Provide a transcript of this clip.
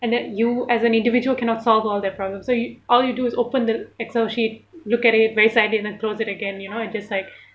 and then you as an individual cannot solve all the problems so you all you do is open the excel sheet look at it very sadly then close it again you know it just like